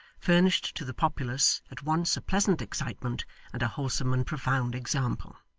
furnished to the populace, at once a pleasant excitement and a wholesome and profound example.